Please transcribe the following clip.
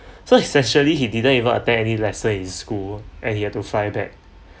so is actually he didn't even attend any lesson in school and he had to fly back